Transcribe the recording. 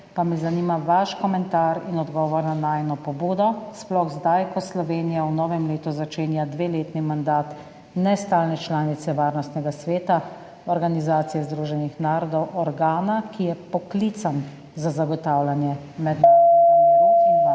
na podlagi apela Gibanja za pravice Palestincev? Sploh zdaj, ko Slovenija v novem letu začenja dveletni mandat nestalne članice Varnostnega sveta Organizacije združenih narodov, organa, ki je poklican za zagotavljanje mednarodnega miru in varnosti.